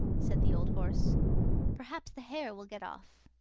said the old horse perhaps the hare will get off.